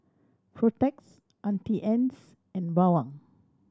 Protex Auntie Anne's and Bawang